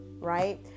right